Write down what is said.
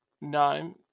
Nine